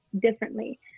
differently